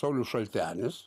saulius šaltenis